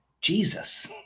Jesus